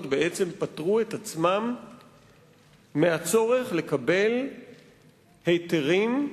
פטרו את עצמן מהצורך לקבל היתרים,